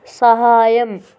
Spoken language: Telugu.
సహాయం